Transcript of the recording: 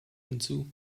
hinzu